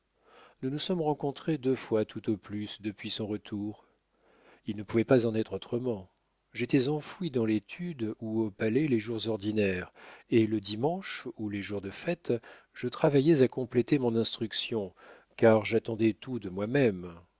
nous nous sommes rencontrés deux fois tout au plus depuis son retour il ne pouvait pas en être autrement j'étais enfoui dans l'étude ou au palais les jours ordinaires et le dimanche ou les jours de fête je travaillais à compléter mon instruction car j'attendais tout de moi-même